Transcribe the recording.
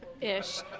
Ish